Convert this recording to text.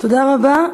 תודה רבה.